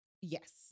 Yes